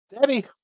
Debbie